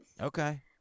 Okay